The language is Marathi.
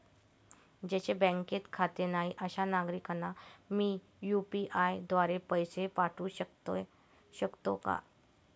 ज्यांचे बँकेत खाते नाही अशा नागरीकांना मी यू.पी.आय द्वारे पैसे पाठवू शकतो का?